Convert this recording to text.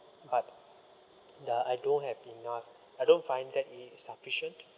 but the I don't have enough I don't find that it is sufficient